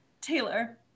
Taylor